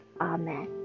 Amen